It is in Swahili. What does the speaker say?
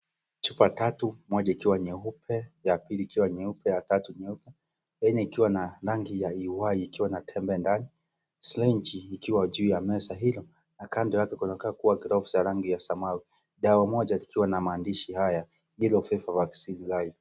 Chupa tatu moja ikiwa nyeupe, ya pili ikiwa nyeupe, ya tatu nyeupe, ya nne ikiwa na rangi ya kahawia ikiwa na tembe ndani(CS)syringe(CS)ikiwa juu ya meza hilo na kando yake kunakaa kuwa(CS) gloves (CS)ya rangi ya samawati, dawa moja ikiwa na maandishi haya yellow fever vaccine .